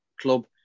Club